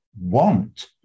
want